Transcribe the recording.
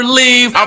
leave